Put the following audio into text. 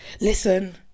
listen